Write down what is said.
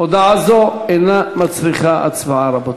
הודעה זו אינה מצריכה הצבעה, רבותי.